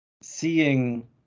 seeing